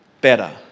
better